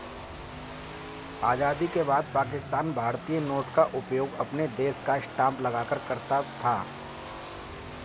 आजादी के बाद पाकिस्तान भारतीय नोट का उपयोग अपने देश का स्टांप लगाकर करता था